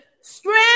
Strength